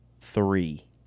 Three